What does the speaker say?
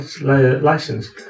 license